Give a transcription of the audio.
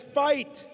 fight